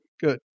Good